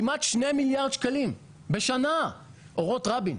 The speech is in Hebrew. כמעט שני מיליארד שקלים בשנה אורות רבין.